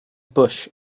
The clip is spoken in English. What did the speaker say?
bush